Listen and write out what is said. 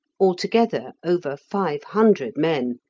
altogether over five hundred men,